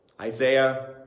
Isaiah